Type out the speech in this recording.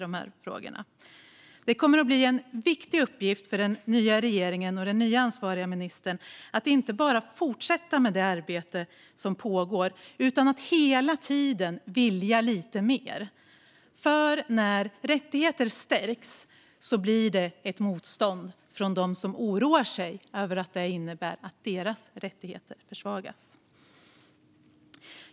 Det kommer att bli en viktig uppgift för den nya regeringen och den nya ansvariga ministern att inte bara fortsätta det arbete som pågår utan att hela tiden vilja lite mer. För när rättigheter stärks uppstår ett motstånd hos dem som oroar sig för att det innebär att deras rättigheter försvagas.